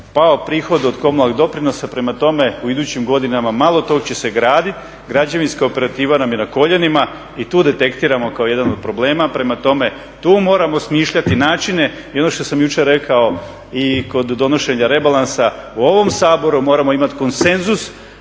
pao prihod od komunalnog doprinosa. Prema tome, u idućim godinama malo tog će se graditi. Građevinska operativa nam je na koljenima i tu detektiramo kao jedan od problema. Prema tome, tu moramo smišljati načine. I ono što sam jučer rekao i kod donošenja rebalansa u ovom Saboru moramo imati konsenzus